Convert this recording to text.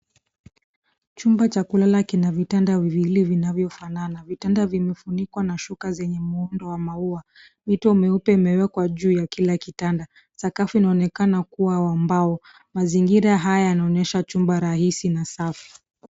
Chumba cha kulala kina vitanda viwili vinavyofanana. Vitanda vimefunikwa na shuka zenye muundo wa maua. Mito meupe imewekwa juu ya kila kitanda. Sakafu inaonekana kuwa wa mbao. Mazingira haya yanaonyesha chumba rahisi na safu.